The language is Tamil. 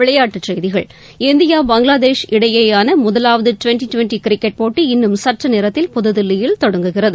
விளையாட்டுச் செய்திகள் இந்தியா பங்களாதேஷ் இடையேயான முதலாவது டுவெண்டி டுவெண்டி கிரிக்கெட் போட்டி இன்னும் சற்றுநேரத்தில் புதுதில்லியில் தொடங்குகிறது